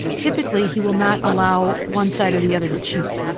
typically he will not allow one side or the other to cheat.